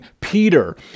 Peter